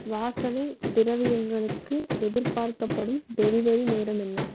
வாசனை திரவியங்களுக்கு எதிர்பார்க்கப்படும் டெலிவரி நேரம் என்ன